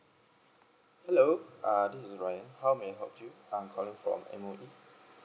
hello uh this is ryan, how may I help you I'm calling from M_O_E